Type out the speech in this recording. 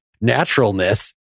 naturalness